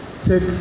Take